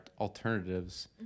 alternatives